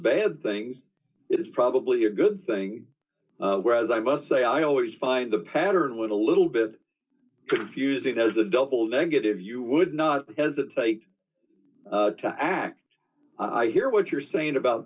bad things it is probably a good thing whereas i must say i always find the pattern with a little bit confusing there's a double negative you would not hesitate to act i hear what you're saying about